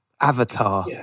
avatar